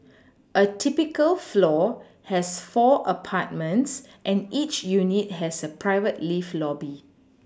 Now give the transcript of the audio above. a typical floor has four apartments and each unit has a private lift lobby